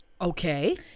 Okay